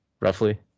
roughly